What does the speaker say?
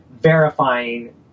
verifying